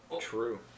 True